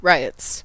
Riots